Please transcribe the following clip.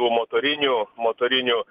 tų motorinių motorinių